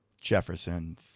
Jefferson